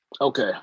Okay